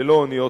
ללא אוניות,